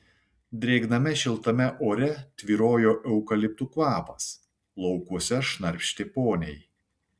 drėgname šiltame ore tvyrojo eukaliptų kvapas laukuose šnarpštė poniai